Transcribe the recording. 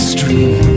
Street